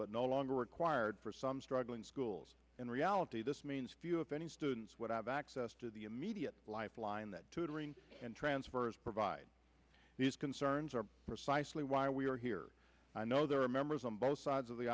but no longer required for some struggling schools in reality this means few if any students would have access to the immediate lifeline that tutoring and transfers provide these concerns are precisely why we are here i know there are members on both sides of the